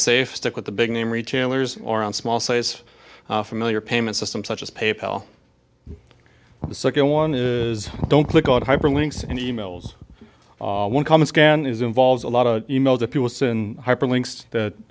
safe stick with the big name retailers or on small size familiar payment system such as pay pal the second one is don't click on hyperlinks and e mails one common scan is involves a lot of emails that people sin hyperlinks that